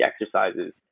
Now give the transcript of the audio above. exercises